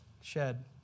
shed